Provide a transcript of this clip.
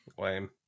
Lame